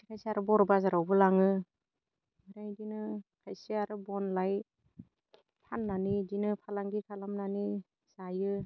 खायसेया आरो बर' बाजारावबो लाङो ओमफ्राय इदिनो खायसेया बन लाय फाननानै इदिनो फालांगि खालामनानै जायो